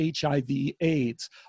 HIV/AIDS